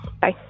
Bye